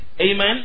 amen